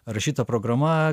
rašyta programa